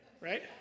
right